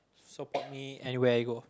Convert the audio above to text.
support me anywhere I go